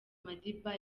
madiba